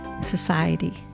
Society